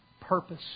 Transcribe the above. purpose